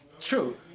True